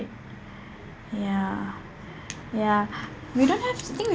ya ya we don't have think we